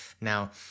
Now